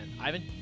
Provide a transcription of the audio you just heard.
Ivan